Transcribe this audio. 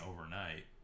overnight